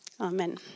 amen